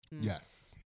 yes